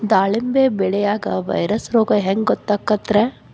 ದಾಳಿಂಬಿ ಬೆಳಿಯಾಗ ವೈರಸ್ ರೋಗ ಹ್ಯಾಂಗ ಗೊತ್ತಾಕ್ಕತ್ರೇ?